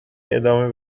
ادامه